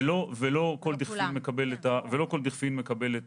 ולא כל דיכפין מקבל את